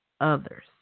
others